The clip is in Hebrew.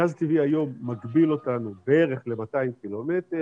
גז טבעי היום מגביל אותנו בערך ל-200 קילומטר,